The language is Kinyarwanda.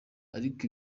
ariko